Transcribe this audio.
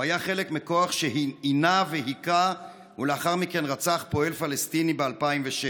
הוא היה חלק מכוח שעינה והיכה ולאחר מכן רצח פועל פלסטיני ב-2006.